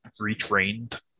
retrained